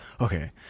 okay